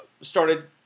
started